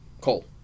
cole